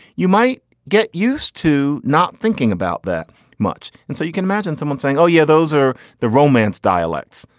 you might get used to not thinking about that much and so you can imagine someone saying, oh yeah, those are the romance dialects,